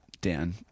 Dan